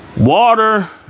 water